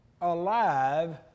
alive